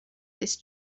this